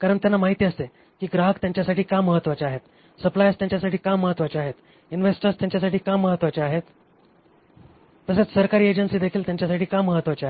कारण त्यांना माहिती असते की ग्राहक त्यांच्यासाठी का महत्वाचे आहेत सप्लायर्स त्यांच्यासाठी का महत्वाचे आहेत इन्वेस्टर्स त्यांच्यासाठी का महत्वाचे आहेत तसेच सरकारी एजन्सीजदेखील त्यांच्यासाठी का महत्वाचे आहेत